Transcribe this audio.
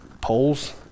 poles